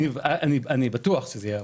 אני בטוח שזה יעבור,